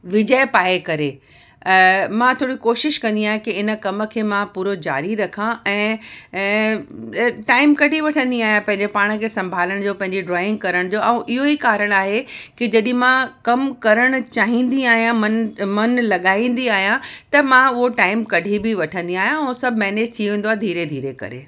विजय पाए करे मां थोरी कोशिश कंदी आहियां कि इन कम खे मां पूरो ज़ारी रखां ऐं ऐं टाइम कढी वठंदी आहियां पंहिंजे पाण खे संभालण जो पंहिंजी ड्रॉइंग करण जो ऐं इहो ई कारण आहे कि जॾी मां कम करणु चाहिंदी आहियां मनु मनु लॻाईंदी आयां त मां उहो टाइम कढी बि वठंदी आहियां ऐं सभु मैनेज थी वेंदो आहे धीरे धीरे करे